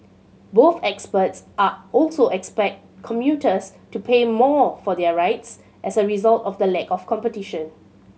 both experts are also expect commuters to pay more for their rides as a result of the lack of competition